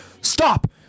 Stop